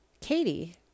Katie